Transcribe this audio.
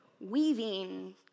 weaving